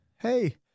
hey